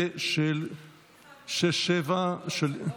ו-7-6, בסדר,